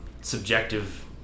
subjective